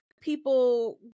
people